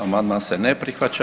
Amandman se ne prihvaća.